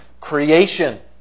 creation